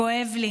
כואב לי